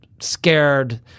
scared